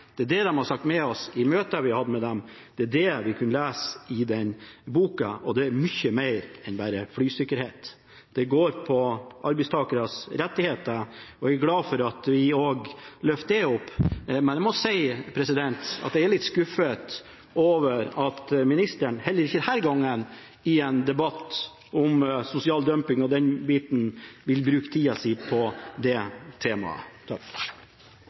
har hatt med dem, det er det vi har kunnet lese i den boka. Og det er mye mer enn bare flysikkerhet. Det går på arbeidstakeres rettigheter, og jeg er glad for at vi også løfter det opp. Men jeg må si at jeg er litt skuffet over at ministeren heller ikke denne gangen i en debatt om sosial dumping og den biten, vil bruke tida si på det temaet.